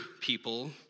people